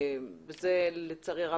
לצערי הרב,